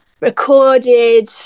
recorded